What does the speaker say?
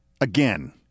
Again